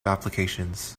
applications